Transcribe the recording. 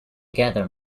gather